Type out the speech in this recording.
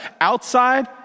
outside